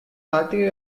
altri